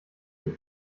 ich